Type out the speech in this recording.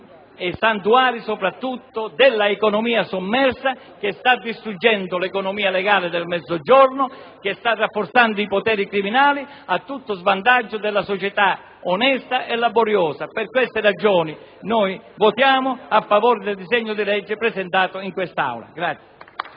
i santuari dell'economia sommersa che sta distruggendo l'economia legale del Mezzogiorno e che sta rafforzando i poteri criminali, a tutto svantaggio della società onesta e laboriosa. Per queste ragioni, voteremo a favore del disegno di legge al nostro esame.